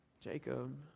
Jacob